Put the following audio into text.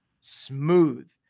smooth